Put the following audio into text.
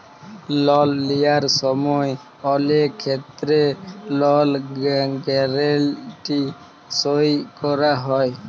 লল লিঁয়ার সময় অলেক খেত্তেরে লল গ্যারেলটি সই ক্যরা হয়